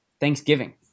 Thanksgiving